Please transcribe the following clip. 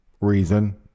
reason